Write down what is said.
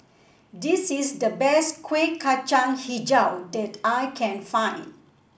this is the best Kuih Kacang hijau that I can find